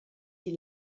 die